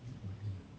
keep talking ah